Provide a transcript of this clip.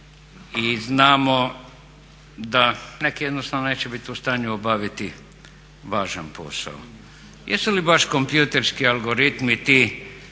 i znamo da neki jednostavno neće biti u stanju obaviti važan posao. Jesu li baš kompjuterski algoritmi ti